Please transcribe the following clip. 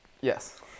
Yes